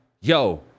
yo